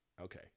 Okay